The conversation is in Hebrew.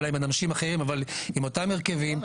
אולי עם אנשים אחרים אבל עם אותם הרכבים,